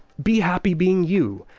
be happy being you.